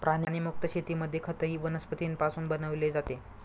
प्राणीमुक्त शेतीमध्ये खतही वनस्पतींपासून बनवले जाते